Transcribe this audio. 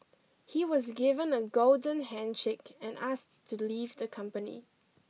he was given a golden handshake and asked to leave the company